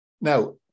now